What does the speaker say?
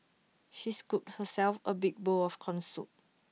she scooped herself A big bowl of Corn Soup